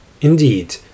Indeed